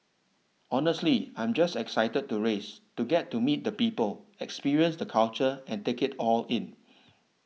honestly I'm just excited to race to get to meet the people experience the culture and take it all in